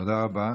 תודה רבה.